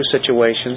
situations